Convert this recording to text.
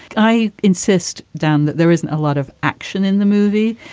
i insist down that there isn't a lot of action in the movie.